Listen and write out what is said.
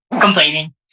complaining